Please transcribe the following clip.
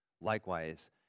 Likewise